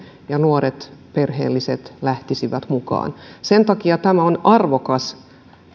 ja nuoret perheelliset lähtisivät mukaan sen takia tämä on arvokas